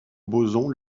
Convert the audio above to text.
boson